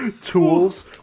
tools